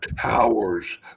towers